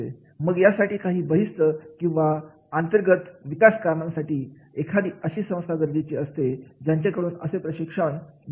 मग यासाठी काही बहिस्त किंवा अंतर्गत विकास कामांसाठी एखादी अशी संस्था गरजेचे असते ज्यांच्याकडून असे प्रशिक्षण मिळेल